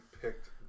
picked